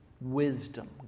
wisdom